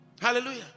Hallelujah